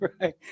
right